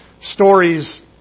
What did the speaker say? stories